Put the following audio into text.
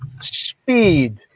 speed